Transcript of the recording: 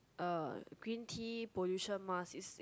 er green tea pollution mask it's it's